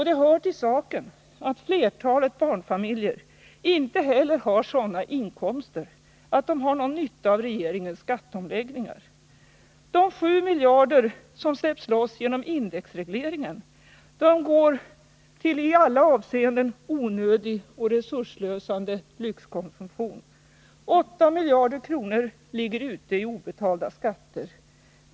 Det hör också till saken att flertalet barnfamiljer inte heller har sådana inkomster att de har någon nytta av regeringens skatteomläggningar. De sju miljarder som släpps loss genom indexregleringen går till i alla avseenden onödig och resurslösande lyxkonsumtion. Åtta miljarder kronor ligger ute i obetalda skatter.